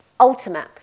Ultimate